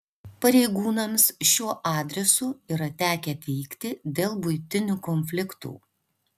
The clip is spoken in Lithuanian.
pareigūnams šiuo adresu yra tekę vykti dėl buitinių konfliktų